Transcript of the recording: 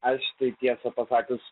aš tai tiesą pasakius